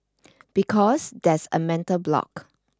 because there's a mental block